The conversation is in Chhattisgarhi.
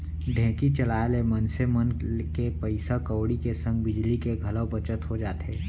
ढेंकी चलाए ले मनसे मन के पइसा कउड़ी के संग बिजली के घलौ बचत हो जाथे